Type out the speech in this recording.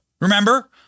Remember